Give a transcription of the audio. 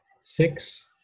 six